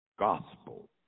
gospel